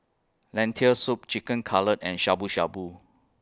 Lentil Soup Chicken Cutlet and Shabu Shabu